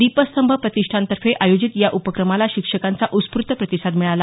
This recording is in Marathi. दीपस्तंभ प्रतिष्ठानतर्फे आयोजित या उपक्रमाला शिक्षकांचा उत्स्फूर्त प्रतिसाद मिळाला